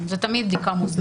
זו תמיד בדיקה מוסדית.